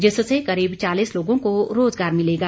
जिससे करीब चालीस लोगों को रोजगार मिलेगा